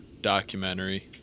documentary